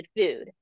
food